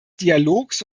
dialogs